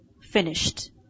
finished